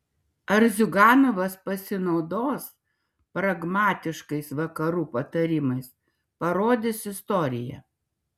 ar ziuganovas pasinaudos pragmatiškais vakarų patarimais parodys istorija